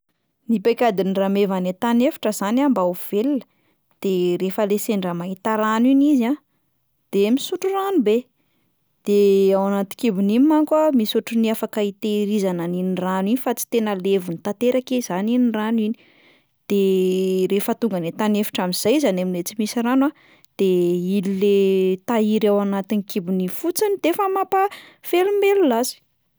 Ny paikadin'ny rameva any an-tany efitra zany a mba ho velona, de rehefa le sendra mahita rano iny izy a, de misotro rano be, de ao anaty kibony iny manko a misy ohatry ny afaka itahirizana an'iny rano iny fa tsy tena levony tanteraka izany iny rano iny, de rehefa tonga any an-tany efitra amin'izay izy any amin'ilay tsy misy rano a, de iny le tahiry ao anatin'ny kibony fotsiny de efa mampahavelombelona azy.